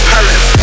Paris